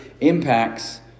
impacts